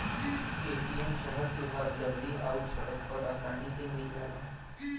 ATM शहर के हर गल्ली आउर सड़क पर आसानी से मिल जाला